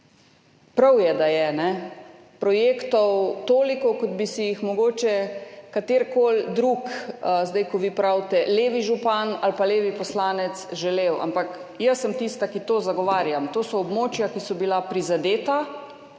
na tem območju projektov toliko, kot bi si jih mogoče želel katerikoli drug, kot vi pravite, levi župan ali pa levi poslanec, ampak jaz sem tista, ki to zagovarjam. To so območja, ki so bila prizadeta